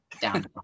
down